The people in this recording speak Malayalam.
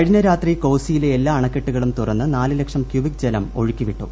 കഴിഞ്ഞ രാത്രി കോസിയിലെ എല്ലാ അണക്കെട്ടുകളും തുറന്ന് നാല് ലക്ഷം ക്യുബിക് ജലം ഒഴുക്കി വിട്ടു